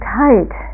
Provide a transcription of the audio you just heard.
tight